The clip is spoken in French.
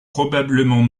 probablement